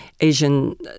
Asian